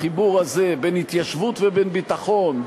החיבור הזה בין התיישבות ובין ביטחון,